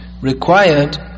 required